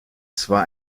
zwar